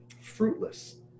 fruitless